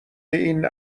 این